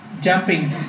jumping